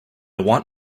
want